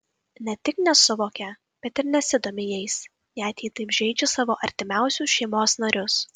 ne tik nesuvokia bet ir nesidomi jais net jei taip žeidžia savo artimiausius šeimos narius